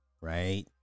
right